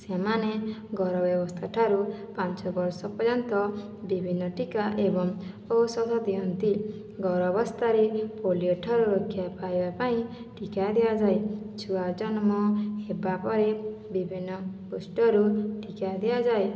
ସେମାନେ ଗର୍ଭ ଅବସ୍ଥାଠାରୁ ପାଞ୍ଚ ବର୍ଷ ପର୍ଯ୍ୟନ୍ତ ବିଭିନ୍ନ ଟୀକା ଏବଂ ଔଷଧ ଦିଅନ୍ତି ଗର୍ଭ ଅବସ୍ଥାରେ ପୋଲିଓଠାରୁ ରକ୍ଷା ପାଇବା ପାଇଁ ଟୀକା ଦିଆଯାଏ ଛୁଆ ଜନମ ହେବା ପରେ ବିଭିନ୍ନ ବୁଷ୍ଟରୁ ଟୀକା ଦିଆଯାଏ